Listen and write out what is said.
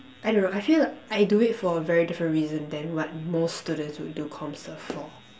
I don't know I feel like I do it for a very different reason than what most students would do comm serve for